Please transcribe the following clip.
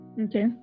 Okay